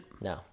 No